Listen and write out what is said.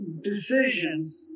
decisions